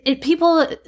people